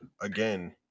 again